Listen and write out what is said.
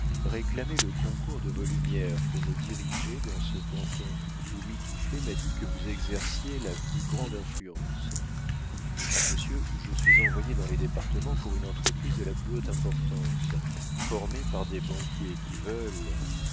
réclamer le concours de vos lumières pour me diriger dans ce canton où mitouflet m'a dit que vous exerciez la plus grande influence monsieur je suis envoyé dans les départements pour une entreprise de la plus haute importance formée par des banquiers qui veulent